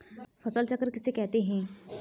फसल चक्र किसे कहते हैं?